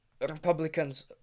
Republicans